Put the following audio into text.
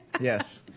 Yes